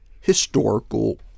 historical